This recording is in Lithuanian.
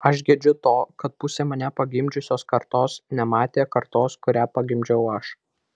aš gedžiu to kad pusė mane pagimdžiusios kartos nematė kartos kurią pagimdžiau aš